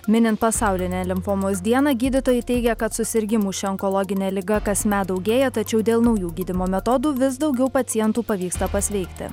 minint pasaulinę limfomos dieną gydytojai teigia kad susirgimų šia onkologine liga kasmet daugėja tačiau dėl naujų gydymo metodų vis daugiau pacientų pavyksta pasveikti